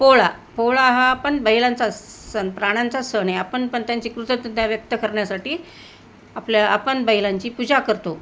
पोळा पोळा हा आपण बैलांचा सण प्राण्यांचा सण आहे आपण पण त्यांची व्यक्त करण्यासाठी आपल्या आपण बैलांची पूजा करतो